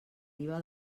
riba